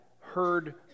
heard